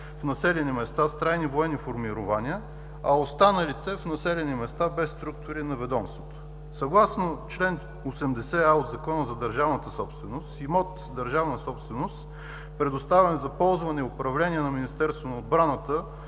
в населени места с трайни военни формирования, а останалите в места без структури на ведомството. Съгласно чл. 80а от Закона за държавната собственост имот държавна собственост, предоставен за ползване и управление на Министерството на отбраната,